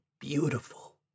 beautiful